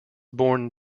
born